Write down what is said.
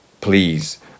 please